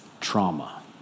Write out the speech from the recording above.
trauma